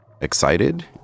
excited